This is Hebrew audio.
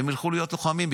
הם ילכו להיות לוחמים,